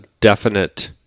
definite